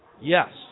Yes